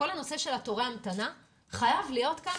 בכל הנושא של תורי ההמתנה חייב להיות כאן